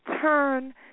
turn